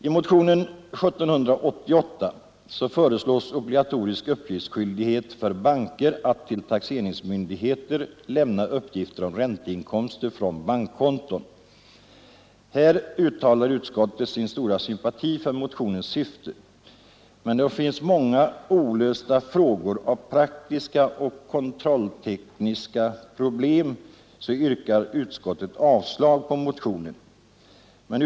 I motionen 1788 föreslås obligatorisk skyldighet för banker att till taxeringsmyndigheterna lämna uppgift om ränteinkomster på bankkonton. Utskottet uttalar sin stora sympati för motionens syfte, men då det finns många olösta frågor av praktisk och kontrollteknisk natur yrkar utskottet avslag på motionen.